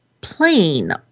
plain